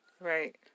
right